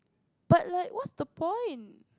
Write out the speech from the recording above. but like what's the point